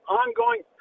ongoing